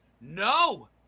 No